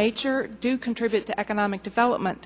nature do contribute to economic development